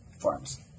forms